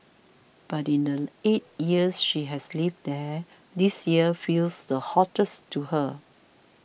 but in the eight years she has lived there this year feels the hottest to her